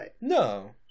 No